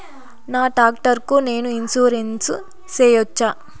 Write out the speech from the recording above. నా టాక్టర్ కు నేను ఇన్సూరెన్సు సేయొచ్చా?